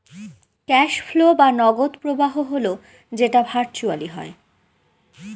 cash flow বা নগদ প্রবাহ হল যেটা ভার্চুয়ালি হয়